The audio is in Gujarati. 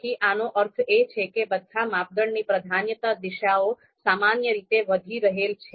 તેથી આનો અર્થ એ છે કે બધ્ધા માપદંડની પ્રાધાન્યતા દિશાઓ સામાન્ય રીતે વધી રહેલા છે